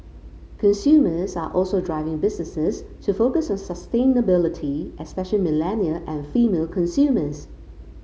consumers are also driving businesses to focus on sustainability especially millennial and female consumers